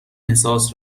احساس